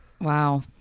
Wow